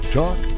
talk